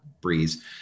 breeze